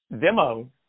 demo